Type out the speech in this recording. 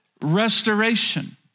restoration